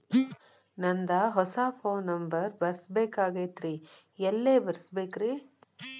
ನಂದ ಹೊಸಾ phone number ಬರಸಬೇಕ್ ಆಗೈತ್ರಿ ಎಲ್ಲೆ ಬರಸ್ಬೇಕ್ರಿ?